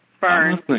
Burns